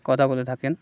কথা বলে থাকেন